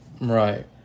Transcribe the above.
Right